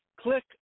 Click